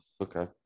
okay